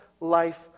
life